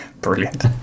Brilliant